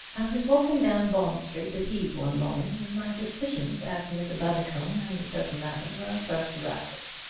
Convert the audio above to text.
i was walking down bond street with eve one morning when my suspicions as to mr. bundercombe and a certain matter were first roused.